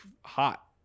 hot